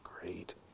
great